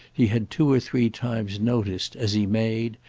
he had two or three times noticed as he made,